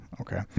okay